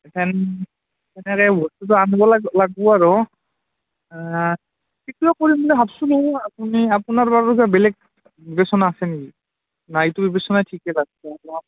সেনেকৈয়ে বস্তুটো আনিব লাগব আৰু সেইটোও কৰিম বুলি ভাবছোঁলো আপুনি আপোনাৰ বাৰু কিবা বেলেগ বিবেচনা আছে নেকি নাইটো এইটো বিবেচনাই ঠিকে লাগছে অলপ